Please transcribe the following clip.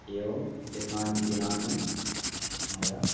एवम् एतानि दिनानि मया